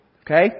okay